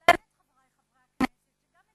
אבל האמת,